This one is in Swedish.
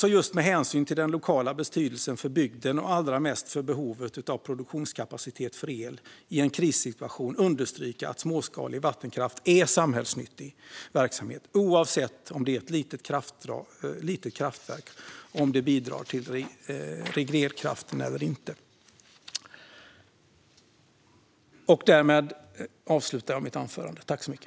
Med hänsyn till den lokala betydelsen för bygden och allra mest till behovet av produktionskapacitet för el i en krissituation vill vi understryka att småskalig vattenkraft är samhällsnyttig verksamhet - oavsett om det gäller ett litet kraftverk och oavsett om det bidrar till reglerkraften eller inte.